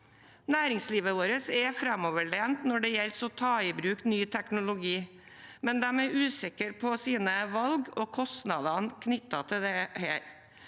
Næringslivet vårt er framoverlent når det gjelder å ta i bruk ny teknologi, men de er usikre på sine valg og kostnadene knyttet til dette.